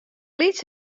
lyts